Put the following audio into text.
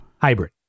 Hybrid